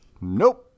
Nope